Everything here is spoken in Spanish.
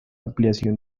ampliación